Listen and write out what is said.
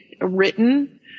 written